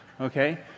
Okay